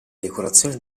decorazione